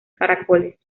caracoles